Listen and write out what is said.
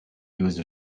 use